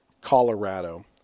Colorado